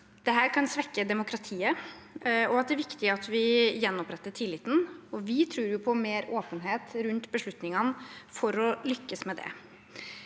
dette kan svekke demokratiet, og at det er viktig at vi gjenoppretter tilliten, og vi tror jo på mer åpenhet rundt beslutningene for å lykkes med det.